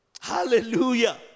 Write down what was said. Hallelujah